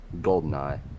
GoldenEye